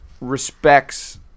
respects